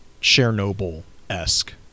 Chernobyl-esque